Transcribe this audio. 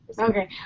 okay